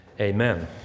Amen